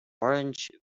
orange